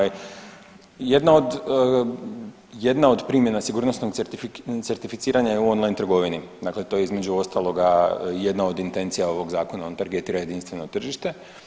Jedna od primjena sigurnosnog certificiranja je u on-line trgovini, dakle to je između ostaloga i jedna od intencija ovog zakona, on targetira jedinstveno tržište.